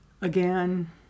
Again